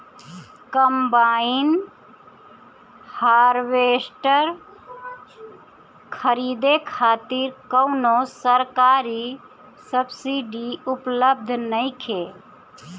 Combine harvester खरीदे खातिर कउनो सरकारी सब्सीडी उपलब्ध नइखे?